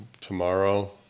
tomorrow